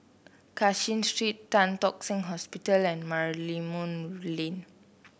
Cashin Street Tan Tock Seng Hospital and Merlimau Lane